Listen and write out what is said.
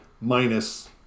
minus